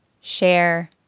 share